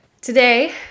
Today